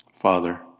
Father